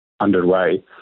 underway